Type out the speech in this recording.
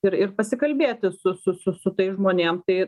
ir ir pasikalbėti su su su su tais žmonėm tai